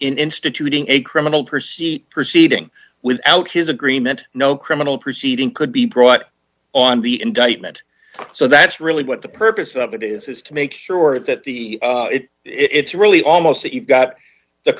instituting a criminal procedure proceeding without his agreement no criminal proceeding could be brought on the indictment so that's really what the purpose of it is is to make sure that the it's really almost that you've got the